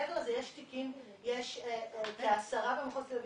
מעבר לזה יש כ-10 תיקים במחוז תל אביב